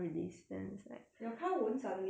your car won't suddenly brake you know that right